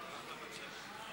בבקשה.